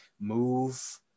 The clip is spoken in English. MOVE